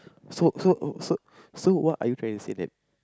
so so so so what are you trying to say then